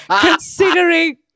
considering